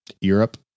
Europe